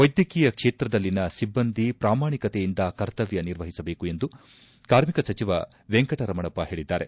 ವೈದ್ಯಕೀಯ ಕ್ಷೇತ್ರದಲ್ಲಿನ ಸಿಬ್ಬಂದಿ ಪ್ರಾಮಾಣಿಕತೆಯಿಂದ ಕರ್ತವ್ಯ ನಿರ್ವಹಿಸಬೇಕು ಎಂದು ಕಾರ್ಮಿಕ ಸಚಿವ ವೆಂಕಟರಮಣಪ್ಪ ಹೇಳಿದ್ದಾರೆ